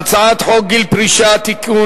אנו עוברים להצעת חוק גיל פרישה (תיקון,